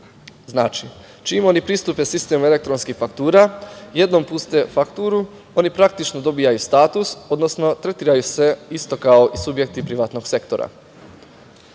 Znači, čim oni pristupe u sistem elektronskih faktura, jednom puste fakturu, oni praktično dobijaju status, odnosno tretiraju se isto, kao i subjekti i privatnog sektora. Jednom